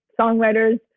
songwriters